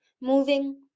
moving